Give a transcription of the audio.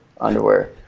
underwear